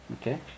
Okay